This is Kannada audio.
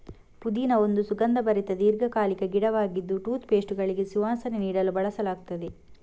ಪುದೀನಾ ಒಂದು ಸುಗಂಧಭರಿತ ದೀರ್ಘಕಾಲಿಕ ಗಿಡವಾಗಿದ್ದು ಟೂತ್ ಪೇಸ್ಟುಗಳಿಗೆ ಸುವಾಸನೆ ನೀಡಲು ಬಳಸಲಾಗ್ತದೆ